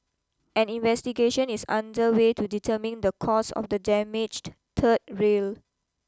an investigation is under way to determine the cause of the damaged third rail